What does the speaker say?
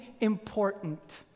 important